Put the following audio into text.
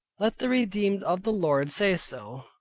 let the redeemed of the lord say so,